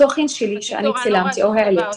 התוכן שלי שאני שולחת נמצא שם.